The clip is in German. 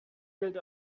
gilt